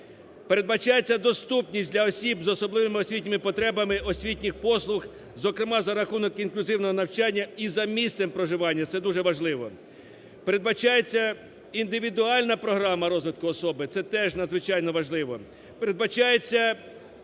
передбачається доступність для осіб з особливими освітніми потребами освітніми послуг, зокрема за рахунок інклюзивного навчання і за місцем проживання, це дуже важливо. Передбачається індивідуальна програма розвитку особи, це теж надзвичайно важливо.